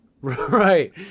Right